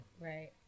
Right